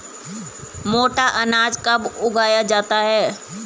मोटा अनाज कब उगाया जाता है?